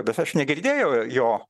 bet aš negirdėjau jo